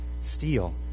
steal